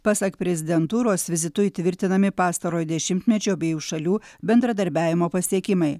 pasak prezidentūros vizitu įtvirtinami pastarojo dešimtmečio abiejų šalių bendradarbiavimo pasiekimai